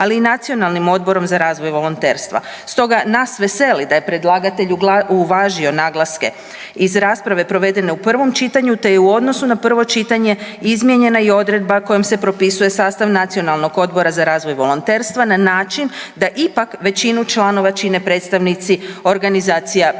ali i Nacionalnim odborom za razvoj volonterstva. Stoga nas veseli da je predlagatelj uvažio naglaske iz rasprave provedene u prvom čitanju, te je u odnosu na prvo čitanje izmijenja i odredba kojom se propisuje sastav Nacionalnog odbora za razvoj volonterstva na način da ipak većinu članova čine predstavnici organizacija civilnog